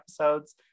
episodes